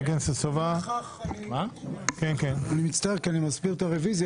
אני מסביר את הרוויזיה.